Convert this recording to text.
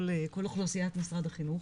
כל אוכלוסיית משרד החינוך,